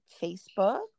Facebook